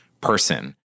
person